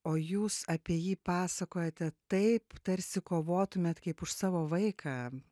o jūs apie jį pasakojate taip tarsi kovotumėt kaip už savo vaiką